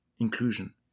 inclusion